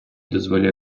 дозволяє